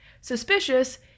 Suspicious